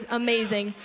amazing